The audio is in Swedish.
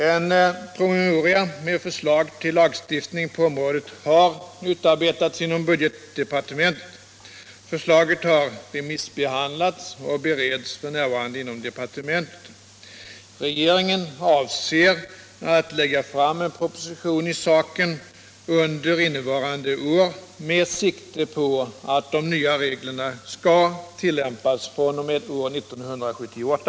En promemoria med förslag till lagstiftning på området har utarbetats inom budgetdepartementet. Förslaget har remissbehandlats och bereds f.n. inom departementet. Regeringen avser att lägga fram en proposition i saken under innevarande år med sikte på att de nya reglerna skall tillämpas fr.o.m. år 1978.